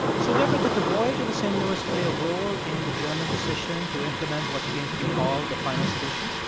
so, deborah, did the voyage of the st. louis play a role in the german decision to implement what came to be called the final solution?